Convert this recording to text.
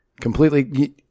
Completely